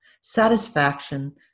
satisfaction